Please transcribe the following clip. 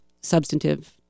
substantive